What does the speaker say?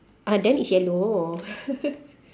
ah then it's yellow